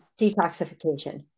detoxification